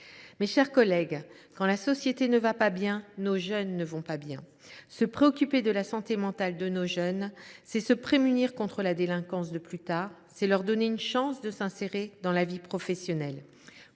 Mes chers collègues, quand la société ne va pas bien, nos jeunes ne vont pas bien. Se préoccuper de la santé mentale de nos jeunes, c’est se prémunir contre la délinquance de plus tard ; c’est leur donner une chance de s’insérer dans la vie professionnelle.